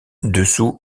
dessous